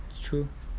true